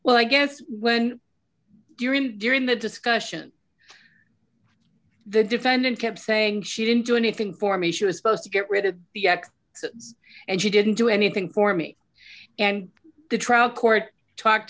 well i guess when you're in during that discussion the defendant kept saying she didn't do anything for me she was supposed to get rid of the ex and she didn't do anything for me and the trial court talked